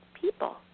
people